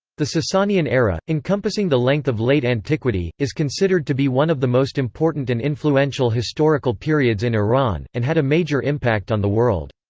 the sasanian era, encompassing the length of late antiquity, is considered to be one of the most important and influential historical periods in iran, and had a major impact on the world.